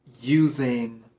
using